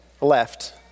left